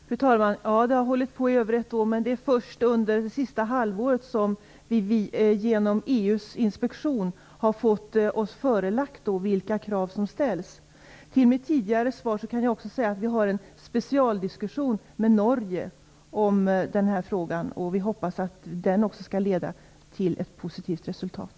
Fru talman! Ja, det har hållit på i över ett år, men det är först under det sista halvåret som vi genom EU:s inspektion har fått oss förelagt vilka krav som ställs. Till mitt tidigare svar kan jag lägga att vi har en specialdiskussion med Norge om den här frågan, och vi hoppas att den också skall leda till ett positivt resultat.